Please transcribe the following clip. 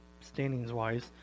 standings-wise